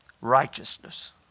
Righteousness